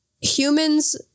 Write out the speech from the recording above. humans